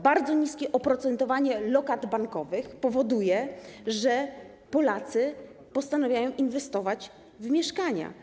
Bardzo niskie oprocentowanie lokat bankowych powoduje, że Polacy postanawiają inwestować w mieszkania.